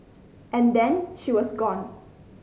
and then she was gone